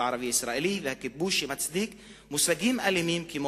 הערבי-הישראלי והכיבוש מצדיק מושגים אלימים כמו